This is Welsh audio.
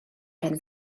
hen